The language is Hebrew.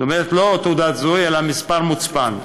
זאת אומרת, לא תעודת זהות אלא מספר מוצפן.